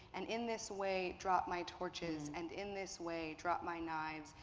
and in this way drop my torches. and in this way drop my knives.